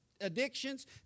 addictions